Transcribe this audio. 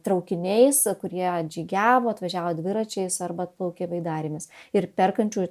traukiniais kurie atžygiavo atvažiavo dviračiais arba atplaukė baidarėmis ir perkančių